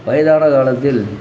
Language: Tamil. வயதான காலத்தில்